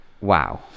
wow